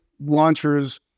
launchers